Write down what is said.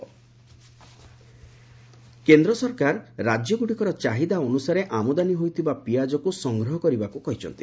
centre onion କେନ୍ଦ୍ର ସରକାର ରାଜ୍ୟଗୁଡ଼ିକର ଚାହିଦା ଅନୁସାରେ ଆମଦାନୀ ହୋଇଥିବା ପିଆଜକୁ ସଂଗ୍ରହ କରିବାକୁ କହିଛନ୍ତି